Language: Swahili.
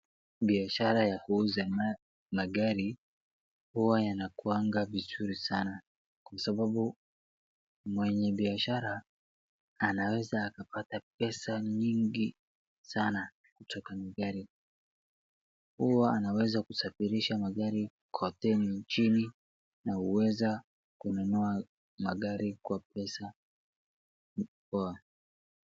Biashara ya kuuza magari huwa yanakuanga vizuri sana kwa sababu mwenye biashara anaweza akapata pesa nyingi sana kwa magari huwa anaweza kusafirisha magari koteni nchini na na huweza kiununua magari kwa pesa poa.